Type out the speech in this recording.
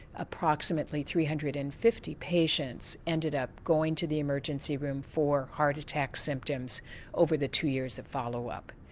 approximately three hundred and fifty patients ended up going to the emergency room for heart attack symptoms over the two years of follow up.